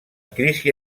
crisi